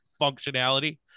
functionality